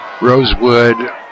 Rosewood